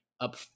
up